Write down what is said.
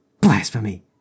Blasphemy